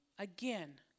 Again